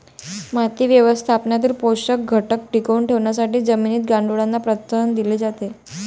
माती व्यवस्थापनातील पोषक घटक टिकवून ठेवण्यासाठी जमिनीत गांडुळांना प्रोत्साहन दिले पाहिजे